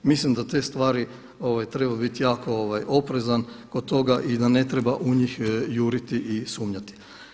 Mislim da za te stvari treba biti jako oprezan oko toga i da ne treba u njih juriti i sumnjati.